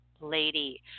lady